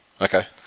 Okay